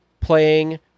playing